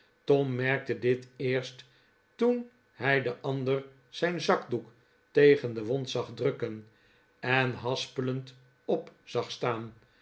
tom merkte dit eerst toen hij den ander zijn zakdoek tegen de wond zag drukken en haspelend op zag staan